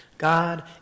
God